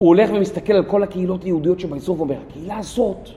הוא הולך ומסתכל על כל הקהילות היהודיות שבאזור ואומר, הקהילה הזאת